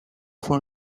for